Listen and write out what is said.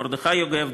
מרדכי יוגב,